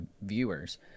viewers